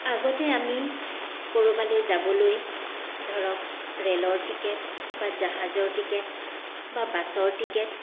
আগতে আমি ক'ৰবালৈ যাবলৈ ধৰক ৰে'লৰ টিকেট বা জাহাজৰ টিকেট বা বাছৰ টিকেট